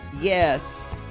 Yes